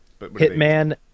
Hitman